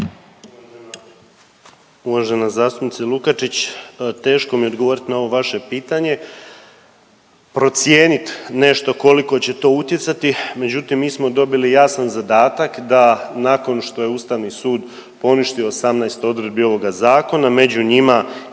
uvažena zastupnice Lukačić. Teško mi je odgovoriti na ovo vaše pitanje. Procijeniti nešto koliko će to utjecati, međutim, mi smo dobili jasan zadatak da nakon što je Ustavni sud poništio 18 odredbi ovoga Zakona, među njima